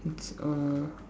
it's uh